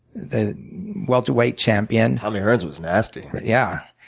the welterweight champion. tommy hearns was nasty. yeah.